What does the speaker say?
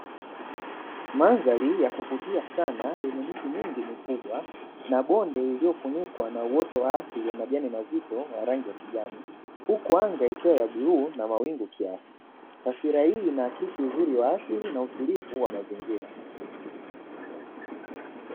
Mandhari ya kuvutia sana yenye miti mingi mikubwa na bonde lililofunikwa na uoto wa asili wa majani mazito ya rangi ya kijani huku anga ikiwa ya bluu na mawingu kiasi. Taswira hii inaakisi uzuri wa asili na utulivu wa mazingira.